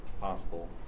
possible